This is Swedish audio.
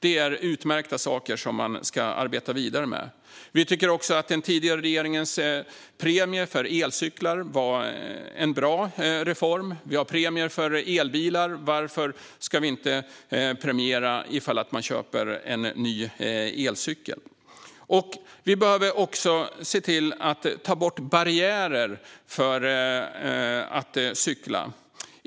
Detta är utmärkta saker som man ska arbeta vidare med. Vi tycker också att den tidigare regeringens premie för elcyklar var en bra reform. Vi har premier för elbilar - varför ska vi inte premiera den som köper en ny elcykel? Vi behöver även se till att ta bort barriärer för att cykla.